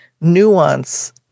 nuance